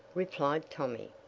replied tommy.